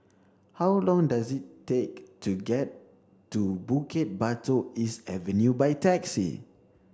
how long does it take to get to Bukit Batok East Avenue by taxi